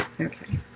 Okay